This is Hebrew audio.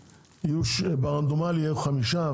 ברנדומלי יהיו חמישה,